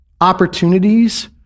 opportunities